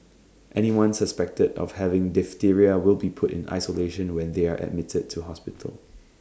anyone suspected of having diphtheria will be put in isolation when they are admitted to hospital